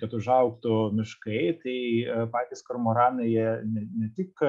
kad užaugtų miškai tai patys kormoranai jie ne ne tik